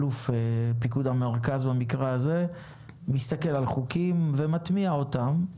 אלוף פיקוד המרכז מסתכל על חוקים ומטמיע אותם.